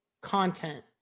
content